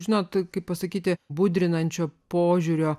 žinot kaip pasakyti budrinančio požiūrio